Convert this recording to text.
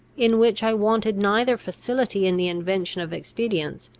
in which i wanted neither facility in the invention of expedients,